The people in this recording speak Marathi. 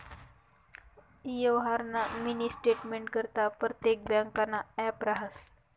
यवहारना मिनी स्टेटमेंटकरता परतेक ब्यांकनं ॲप रहास